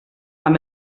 amb